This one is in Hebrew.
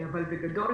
אבל בגדול,